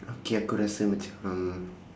okay aku rasa macam